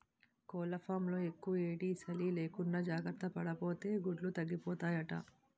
కోళ్లఫాంలో యెక్కుయేడీ, సలీ లేకుండా జార్తపడాపోతే గుడ్లు తగ్గిపోతాయట